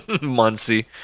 Muncie